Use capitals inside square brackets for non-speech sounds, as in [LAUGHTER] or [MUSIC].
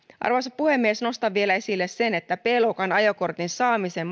arvoisa puhemies nostan vielä esille sen että b luokan ajokortin saamisen [UNINTELLIGIBLE]